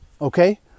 okay